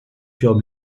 furent